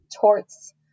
torts